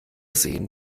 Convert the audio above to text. sehen